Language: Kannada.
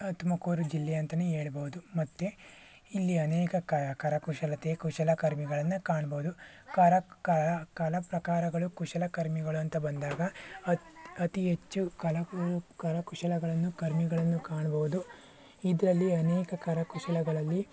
ತುಮಕೂರು ಜಿಲ್ಲೆ ಅಂತಲೇ ಹೇಳಬಹುದು ಮತ್ತು ಇಲ್ಲಿ ಅನೇಕ ಕ ಕರಕುಶಲತೆ ಕುಶಲ ಕರ್ಮಿಗಳನ್ನು ಕಾಣಬಹುದು ಕರ ಕರ ಕಲಾಪ್ರಕಾರಗಳು ಕುಶಲಕರ್ಮಿಗಳು ಅಂತ ಬಂದಾಗ ಅತಿ ಹೆಚ್ಚು ಕಲ ಕು ಕರಕುಶಲಗಳನ್ನು ಕರ್ಮಿಗಳನ್ನು ಕಾಣಬಹುದು ಇದರಲ್ಲಿ ಅನೇಕ ಕರಕುಶಲಗಳಲ್ಲಿ